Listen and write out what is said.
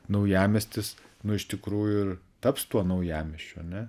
naujamiestis nu iš tikrųjų ir taps tuo naujamiesčiu ane